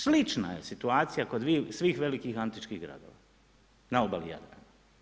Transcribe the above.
Slična je situacija kod svih velikih antičkih gradova na obali Jadrana.